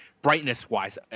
Brightness-wise